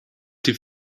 die